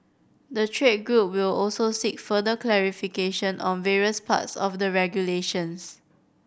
the trade group will also seek further clarification on various parts of the regulations